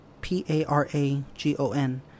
P-A-R-A-G-O-N